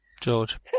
George